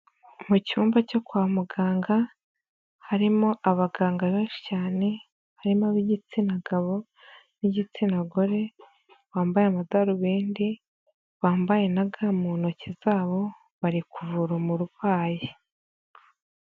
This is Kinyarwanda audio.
Mu cyumba cyo kwa muganga, harimo abaganga benshi cyane, barimo ab'igitsina gabo n'igitsina gore, bambaye amadarubindi bambaye na gamu mu ntoki zabo, bari kuvura umurwayi.